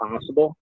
possible